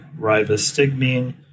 ribostigmine